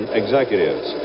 executives